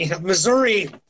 Missouri